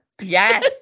Yes